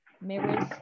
Mirrors